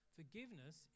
forgiveness